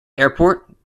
airport